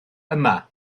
yma